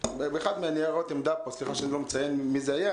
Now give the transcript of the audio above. באחד מניירות העמדה פה סליחה שאני לא מציין ממי זה היה